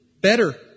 better